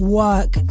work